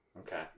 okay